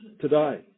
today